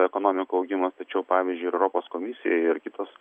ekonomikų augimas tačiau pavyzdžiui europos komisija ir kitos